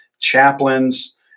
chaplains